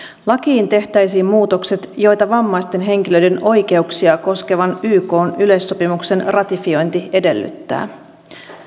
lakiin tehtäisiin muutokset joita vammaisten henkilöiden oikeuksia koskevan ykn yleissopimuksen ratifiointi edellyttää